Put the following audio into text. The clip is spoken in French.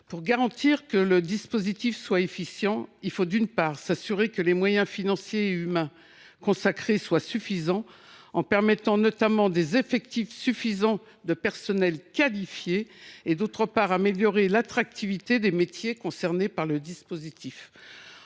Pour garantir l’efficience du dispositif, il faut, d’une part, s’assurer que les moyens financiers et humains qui lui seront consacrés seront suffisants, en prévoyant notamment des effectifs suffisants de personnel qualifié, et, d’autre part, améliorer l’attractivité des métiers concernés par le dispositif.